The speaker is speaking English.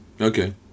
Okay